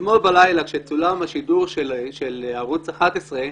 אתמול בלילה, עת צולם השידור של ערוץ 11,